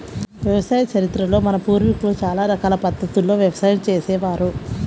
వ్యవసాయ చరిత్రలో మన పూర్వీకులు చాలా రకాల పద్ధతుల్లో వ్యవసాయం చేసే వారు